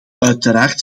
uiteraard